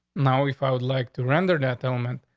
now, if i would like to render that element,